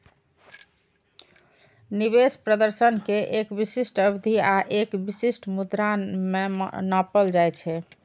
निवेश प्रदर्शन कें एक विशिष्ट अवधि आ एक विशिष्ट मुद्रा मे नापल जाइ छै